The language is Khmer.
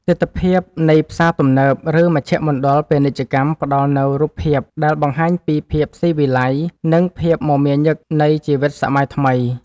ទិដ្ឋភាពនៃផ្សារទំនើប ឬមជ្ឈមណ្ឌលពាណិជ្ជកម្មផ្ដល់នូវរូបភាពដែលបង្ហាញពីភាពស៊ីវិល័យ និងភាពមមាញឹកនៃជីវិតសម័យថ្មី។